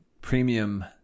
premium